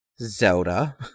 Zelda